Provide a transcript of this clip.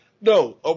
No